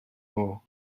more